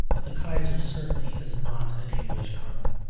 but the kaiser certainly is not an english colonel.